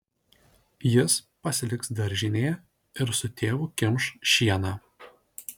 jis pasiliks daržinėje ir su tėvu kimš šieną